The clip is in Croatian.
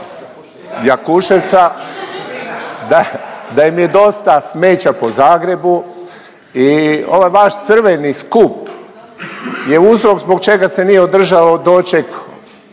Jakuševca, da im je dosta smeća po Zagrebu i ovaj vaš crveni skup je uzrok zbog čega se nije održao doček